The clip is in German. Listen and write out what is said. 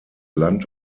land